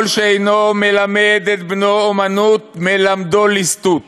כל שאינו מלמד את בנו אומנות, מלמדו ליסטות.